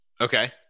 Okay